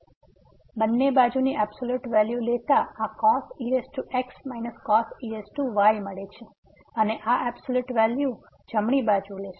તેથી બંને બાજુની એબસોલ્યુટ વેલ્યુ લેતા આ cos e x cos e y મળે છે અને આ એબસોલ્યુટ વેલ્યુ જમણી બાજુ લેશે